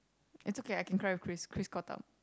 it's okay I can cry with Chris Chris caught up